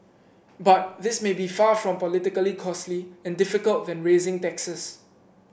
but this may be far from politically costly and difficult than raising taxes